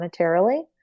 monetarily